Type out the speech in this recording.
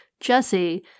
Jesse